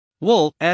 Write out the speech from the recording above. Wool